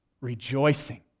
rejoicing